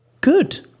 Good